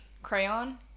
Crayon